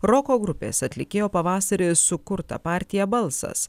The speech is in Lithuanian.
roko grupės atlikėjo pavasarį sukurta partija balsas